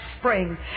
spring